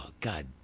God